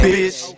Bitch